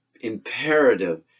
imperative